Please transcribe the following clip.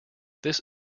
this